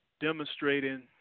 demonstrating